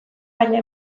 baina